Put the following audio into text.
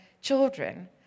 children